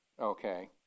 Okay